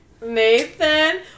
Nathan